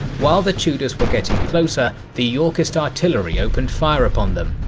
while the tudors were getting closer, the yorkist artillery opened fire upon them.